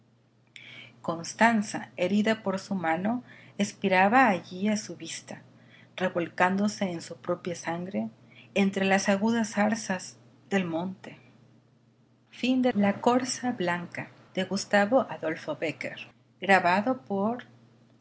constanza herida por su mano expiraba allí a su vista revolcándose en su propia sangre entre las agudas zarzas del monte sobre la onda pura del ganges se